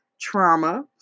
trauma